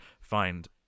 find